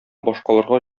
башкаларга